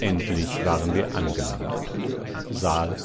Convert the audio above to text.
endlich waren wir angelangt saal